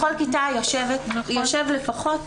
בכל כיתה יושבים לפחות